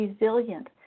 resilient